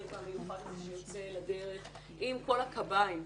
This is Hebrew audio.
והמיוחד הזה שיוצא לדרך עם כל הקביים.